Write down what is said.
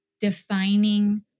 defining